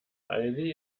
aldi